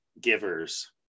givers